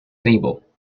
table